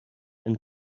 and